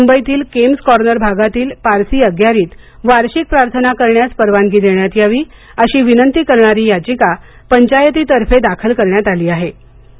मुंबईतील केम्प्स कॉर्नर भागातील पारसी अग्यारीत वार्षिक प्रार्थना करण्यास परवानगी देण्यात यावी अशी विनंती करणारी याचिका पंचायती तर्फे दाखल करण्यात करण्यात आली होती